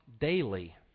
daily